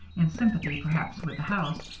in sympathy perhaps with the house,